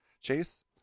Chase